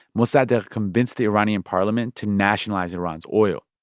mossadegh convinced the iranian parliament to nationalize iran's oil.